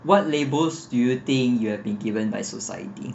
what labels do you think you have been given by society